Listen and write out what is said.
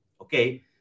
okay